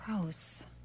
Gross